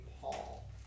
Paul